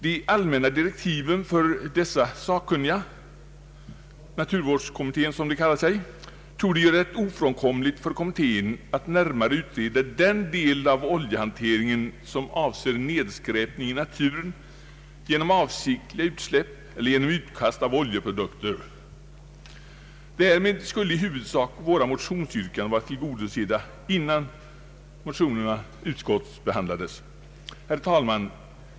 De allmänna direktiven för dessa sakkunniga — naturvårdskommittén — torde göra det ofrånkomligt för kommittén att närmare utreda den del av oljehanteringen som avser nedskräpning i naturen genom avsiktligt utsläpp eller genom utkast av oljeprodukter. Därmed skulle i huvudsak våra motionsyrkanden ha blivit tillgodosedda innan motionerna utskottsbehandlades. Herr talman!